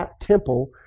temple